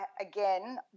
again